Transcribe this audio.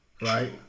Right